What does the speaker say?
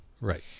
Right